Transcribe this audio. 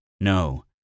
no